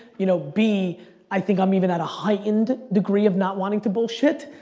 you know b, i think i'm even at a heightened degree of not wanting to bullshit,